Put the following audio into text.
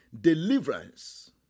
Deliverance